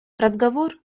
разговор